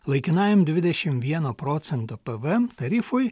laikinajam dvidešimt vieno procento pvm tarifui